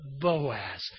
Boaz